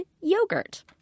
yogurt